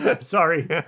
Sorry